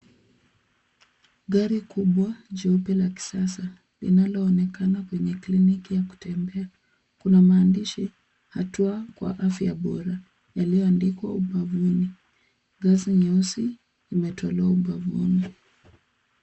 Gari kubwa jeupe la kisasa linaloonekana kwenye kliniki ya kutembea. Kuna maandishi hatua kwa afya bora yaliyoandikwa ubavuni. Ngazi nyeusi imetolewa ubavuni.